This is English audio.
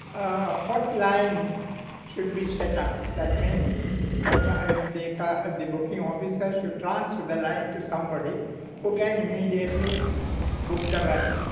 a hotline should be set up. that means that means and the kind of the booking officer should transfer the line to somebody who can immediately book the ride,